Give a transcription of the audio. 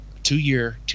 two-year